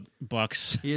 bucks